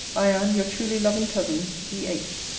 i am your truly loving cousin, d h.